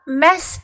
mess